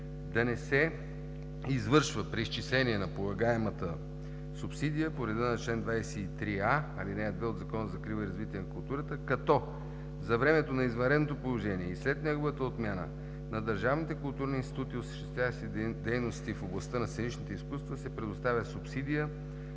да не се извършва преизчисление на полагаемата субсидия по реда на чл. 23а, ал. 2 от Закона за закрила и развитие на културата, като за времето на извънредното положение и след неговата отмяна на държавните културни институти, осъществяващи дейности в областта на сценичните изкуства, се предоставя субсидия